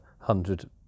hundred